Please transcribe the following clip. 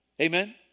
Amen